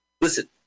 Listen